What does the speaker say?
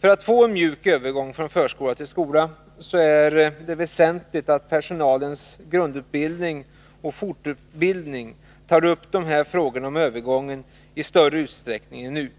För att få en mjuk övergång från förskola till skola, så är det väsentligt att personalens grundutbildning och fortbildning tar upp dessa frågor om övergången i större utsträckning än nu.